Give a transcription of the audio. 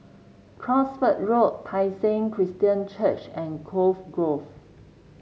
Cosford Road Tai Seng Christian Church and Cove Grove